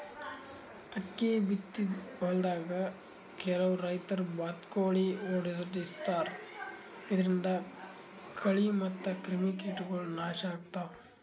ಅಕ್ಕಿ ಬಿತ್ತಿದ್ ಹೊಲ್ದಾಗ್ ಕೆಲವ್ ರೈತರ್ ಬಾತ್ಕೋಳಿ ಓಡಾಡಸ್ತಾರ್ ಇದರಿಂದ ಕಳಿ ಮತ್ತ್ ಕ್ರಿಮಿಕೀಟಗೊಳ್ ನಾಶ್ ಆಗ್ತಾವ್